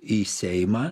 į seimą